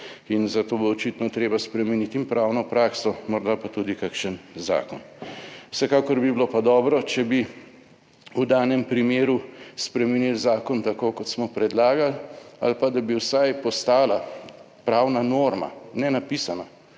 in zato bo očitno treba spremeniti in pravno prakso, morda pa tudi kakšen zakon. Vsekakor bi bilo pa dobro, če bi v danem primeru spremenili zakon tako kot smo predlagali ali pa, da bi vsaj postala pravna norma nenapisana,